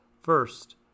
first